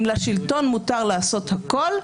אם לשלטון מותר לעשות הכול,